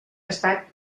estat